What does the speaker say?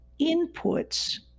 inputs